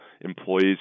employees